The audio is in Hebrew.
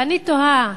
ואני תוהה.